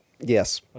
yes